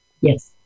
Yes